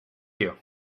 you